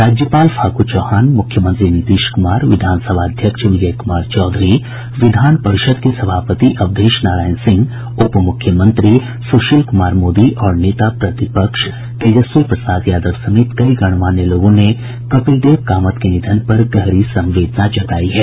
राज्यपाल फागू चौहान मुख्यमंत्री नीतीश कुमार विधानसभा अध्यक्ष विजय कुमार चौधरी विधान परिषद के सभापति अवधेश नारायण सिंह उपमुख्यमंत्री सुशील कुमार मोदी और नेता प्रतिपक्ष तेजस्वी प्रसाद यादव समेत कई गणमान्य लोगों ने कपिलदेव कामत के निधन पर गहरी संवेदना जतायी है